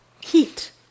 heat